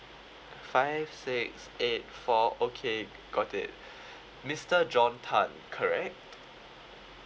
five six eight four okay got it mister john tan correct